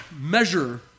measure